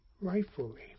rightfully